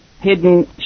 hidden